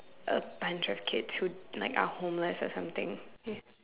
a bunch of kids who like are homeless or something ya